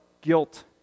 guilt